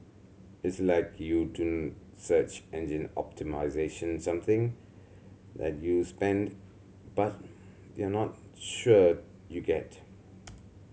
it's like you do search engine optimisation something that you spend but you're not sure you get